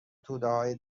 تودههای